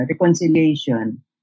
reconciliation